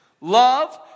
Love